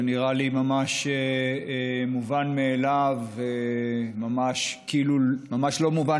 זה נראה לי ממש מובן מאליו וממש לא מובן